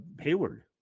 hayward